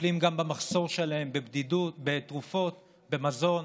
מטפלים גם במחסור שלהם בתרופות ובמזון,